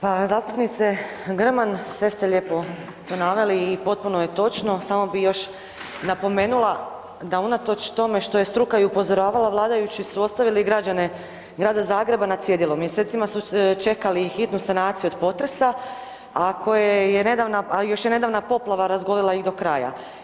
Pa zastupnice Grman sve ste lijepo tu naveli i potpuno je točno, samo bih još napomenula da unatoč tome što je struka i upozoravala vladajući su ostavili građane Grada Zagreba na cjedilu, mjesecima su čekali hitnu sanaciju od potresa, a još je i nedavna poplava razgolila ih do kraja.